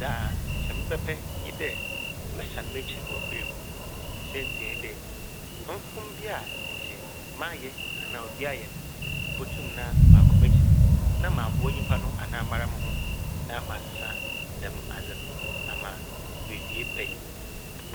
Dza nkyɛ mebɛpɛ nye dɛ mɛsan m'ekyir wɔ mber m'. Saintsir nye dɛ mfom bi a nkyɛ mayɛ anaa obi ayɛ n' mobotum na makɔ m'ekyir na maboa nyimpa no anaa mara mo ho na masesa dɛm adze no ama oewie pɛ yɛ.